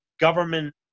government